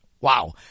Wow